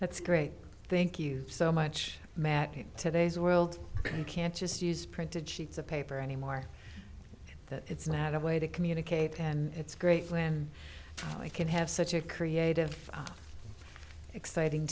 that's great thank you so much matthew today's world you can't just use printed sheets of paper anymore it's not a way to communicate and it's great when i can have such a creative exciting